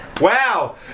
Wow